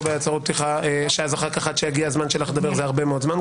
בהצהרות פתיחה שעד שיגיע זמנך לדבר זה הרבה מאוד זמן.